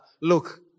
look